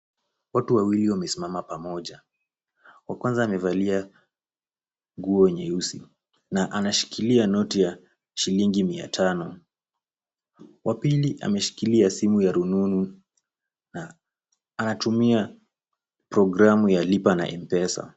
Watu wawili wamesimama pamoja. Wa kwanza amevalia nguo nyeusi na anashikilia noti ya shilingi mia tano. Wa pili ameshikilia simu ya rununu na anatumia programu ya Lipa na M-Pesa.